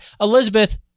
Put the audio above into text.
Elizabeth